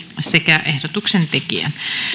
sekä ehdotuksen tekijän